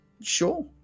Sure